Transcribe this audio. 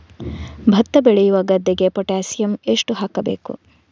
ಭತ್ತ ಬೆಳೆಯುವ ಗದ್ದೆಗೆ ಪೊಟ್ಯಾಸಿಯಂ ಎಷ್ಟು ಹಾಕಬೇಕು?